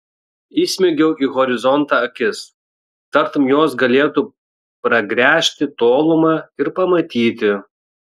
įsmeigiau į horizontą akis tartum jos galėtų pragręžti tolumą ir pamatyti